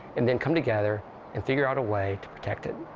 and then come together and figure out a way to protect it,